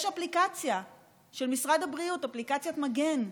יש אפליקציה של משרד הבריאות, אפליקציית מגן.